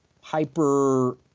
hyper